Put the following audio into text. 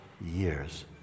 years